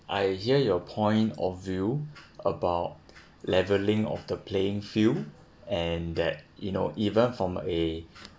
I hear your point of view about leveling of the playing field and that you know even from a